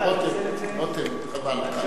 רותם, רותם, חבל לך.